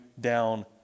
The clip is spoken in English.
down